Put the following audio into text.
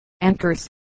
anchors